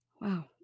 Wow